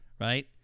right